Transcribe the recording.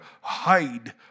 hide